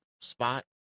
spot